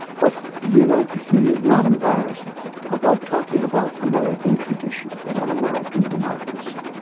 but, you know, he is not embarrassed about talking about american traditions, about american democracy.